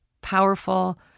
powerful